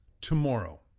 tomorrow